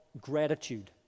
Gratitude